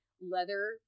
leather